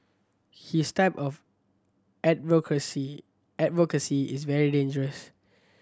his type of advocacy advocacy is very dangerous